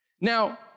Now